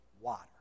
water